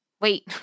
Wait